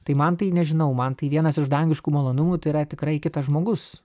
tai man tai nežinau man tai vienas iš dangiškų malonumų tai yra tikrai kitas žmogus